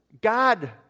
God